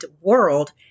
world